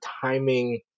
timing